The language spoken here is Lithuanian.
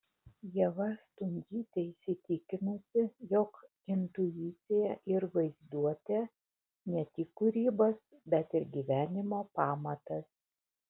ieva stundžytė įsitikinusi jog intuicija ir vaizduotė ne tik kūrybos bet ir gyvenimo pamatas